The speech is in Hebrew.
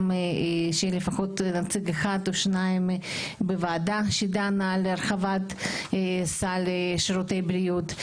לפחות נציג אחד או שניים בוועדה שדנה על הרחבת סל שירותי בריאות.